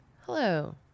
Hello